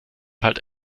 halt